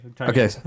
okay